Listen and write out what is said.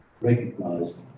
recognized